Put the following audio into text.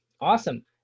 awesome